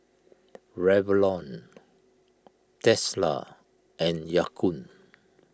Revlon Tesla and Ya Kun